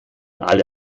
alle